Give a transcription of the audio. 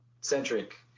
centric